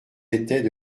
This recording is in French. étaient